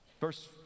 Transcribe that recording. verse